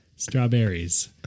strawberries